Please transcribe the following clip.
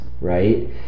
right